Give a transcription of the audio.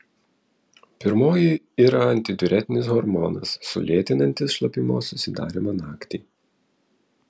pirmoji yra antidiuretinis hormonas sulėtinantis šlapimo susidarymą naktį